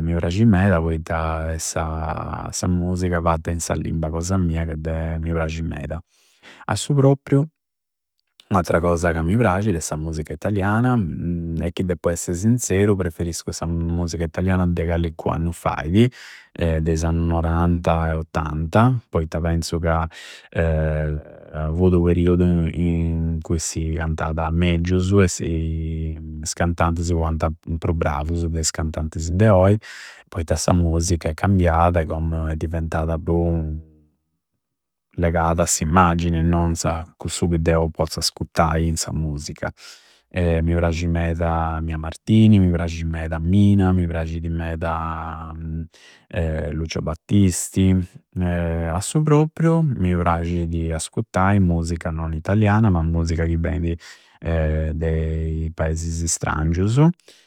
Mi prasci meda poitta sa musica fatta in sa limba cosa mia mi prasci meda. A su proppriu, u attra cosa ca prasci è sa musica italiana, e chi deppu esse sinzeru preferiscu sa muscia italiana de callincu annu faidi, de is annu norante e ottanta, poitta penzu ca fudi unu periudu in cui si cantanda meggiusu e is cantantisi fuanta pru bravusu de is cantantisi de oi. Poitta sa musica è cambiada e commu è diventada pru legada a s'immagini e non a su chi deu pozzu ascuttai in sa musica. E mi prasci meda Mia Martini, mi prasci meda Mina, mi prascidi meda Lucio Battisiti, a su propriu mi prascidi ascuttai musica non italiana, ma musica chi beidi de i paesesi istrangiusu.